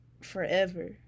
forever